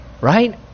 right